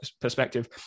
perspective